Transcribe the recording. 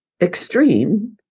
extreme